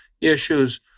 issues